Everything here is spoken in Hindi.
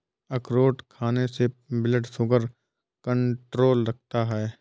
अखरोट खाने से ब्लड शुगर कण्ट्रोल रहता है